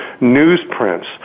newsprints